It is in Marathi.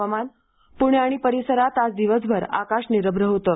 हवामान प्णे आणि परिसरात आज दिवसभर आकाश निरभ्र होतं